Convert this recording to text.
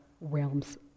realms